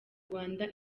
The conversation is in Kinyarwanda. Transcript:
rwanda